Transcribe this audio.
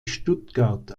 stuttgart